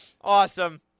Awesome